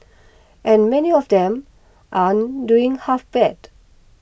and many of them aren't doing half bad